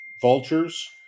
vultures